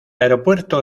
aeropuerto